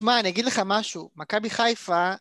מה, אני אגיד לך משהו, מכבי חיפה.